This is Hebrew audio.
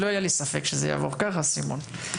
לא היה לי ספק שזה יעבור ככה, סימון.